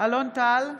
אלון טל,